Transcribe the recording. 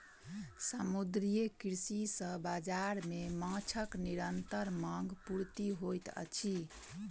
समुद्रीय कृषि सॅ बाजार मे माँछक निरंतर मांग पूर्ति होइत अछि